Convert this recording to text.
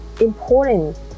important